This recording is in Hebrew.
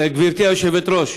גברתי היושבת-ראש,